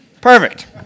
Perfect